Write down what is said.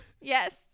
Yes